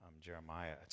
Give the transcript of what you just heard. Jeremiah